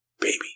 baby